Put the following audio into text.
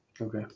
Okay